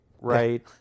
right